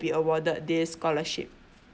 be awarded this scholarship